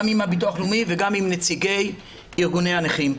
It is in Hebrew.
הביטוח הלאומי ונציגי ארגוני הנכים.